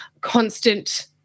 constant